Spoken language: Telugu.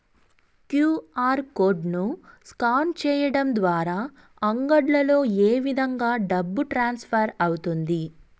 క్యు.ఆర్ కోడ్ ను స్కాన్ సేయడం ద్వారా అంగడ్లలో ఏ విధంగా డబ్బు ట్రాన్స్ఫర్ అవుతుంది